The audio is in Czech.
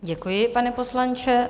Děkuji, pane poslanče.